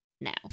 now